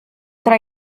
tra